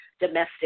domestic